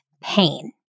pain